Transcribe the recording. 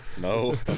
No